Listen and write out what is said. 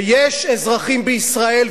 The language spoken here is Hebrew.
ויש אזרחים בישראל,